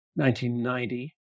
1990